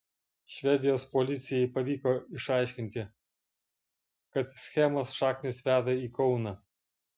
švedijos policijai pavyko išaiškinti kad schemos šaknys veda į kauną